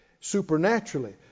Supernaturally